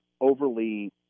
overly